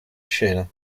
scena